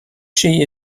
she